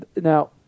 Now